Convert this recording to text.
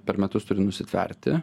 per metus turi nusitverti